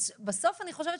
בסוף צריך